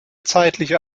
zeitliche